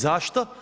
Zašto?